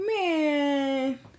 Man